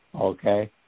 Okay